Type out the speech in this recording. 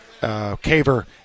Caver